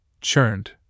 churned